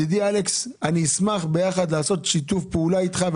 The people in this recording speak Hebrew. אני אשמח, ידידי אלכס, לעשות שיתוף פעולה איתך.